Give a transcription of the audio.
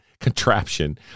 contraption